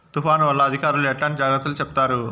తుఫాను వల్ల అధికారులు ఎట్లాంటి జాగ్రత్తలు చెప్తారు?